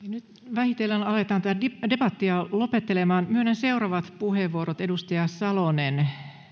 vähitellen aletaan tätä debattia lopettelemaan myönnän seuraavat puheenvuorot edustajat salonen